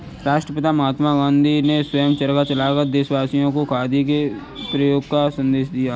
राष्ट्रपिता महात्मा गांधी ने स्वयं चरखा चलाकर देशवासियों को खादी के प्रयोग का संदेश दिया